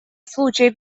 случаев